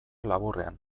laburrean